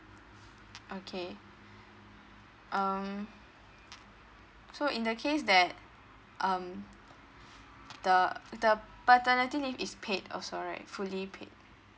okay um so in that case that um the the paternity leave is paid also right fully paid